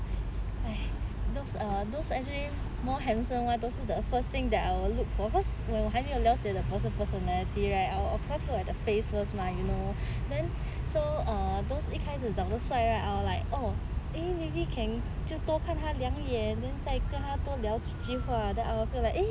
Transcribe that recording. those those actually more handsome [one] 都是 the first thing that I will look for cause when 我还没有了解 the person's personality right I'll of course look at the face first mah you know then so err those 一开始长得帅 I'll like oh maybe 可以就多看他两眼 then 在跟他聊多几句话 then I'll feel like eh